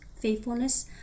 faithfulness